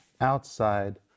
outside